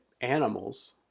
animals